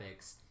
graphics